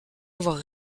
avoir